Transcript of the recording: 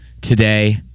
today